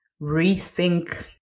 rethink